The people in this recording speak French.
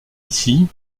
ici